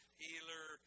healer